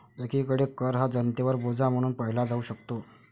एकीकडे कर हा जनतेवर बोजा म्हणून पाहिला जाऊ शकतो